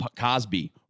Cosby